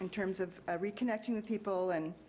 and terms of reconnecting with people, and